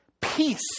peace